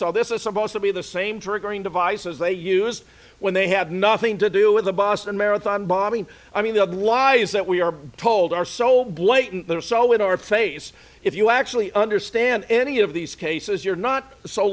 so this is supposed to be the same triggering device as they used when they had nothing to do with the boston marathon bombing i mean the lie is that we are told are sold blatant they're so in our face if you actually understand any of these cases you're not so